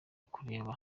kureba